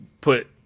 put